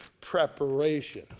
preparation